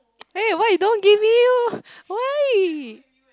eh why you don't give me oh why